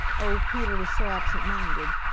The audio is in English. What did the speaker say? oh, peter was so absent-minded!